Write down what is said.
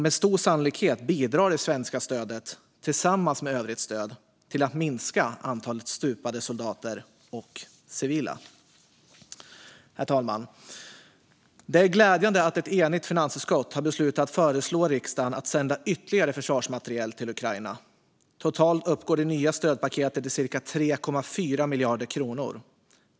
Med stor sannolikhet bidrar det svenska stödet, tillsammans med övrigt stöd, till att minska antalet stupade soldater och civila. Herr talman! Det är glädjande att ett enigt finansutskott har beslutat att föreslå riksdagen att sända ytterligare försvarsmateriel till Ukraina. Totalt uppgår det nya stödpaketet till cirka 3,4 miljarder kronor.